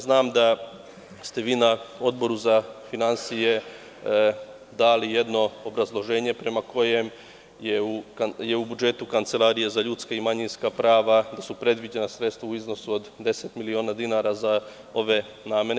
Znam da ste vi na Odboru za finansije dali jedno obrazloženje premakojem su u budžetu Kancelarije za ljudska i manjinska prava predviđena sredstva u iznosu od 10 miliona dinara za ove namene.